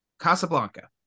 Casablanca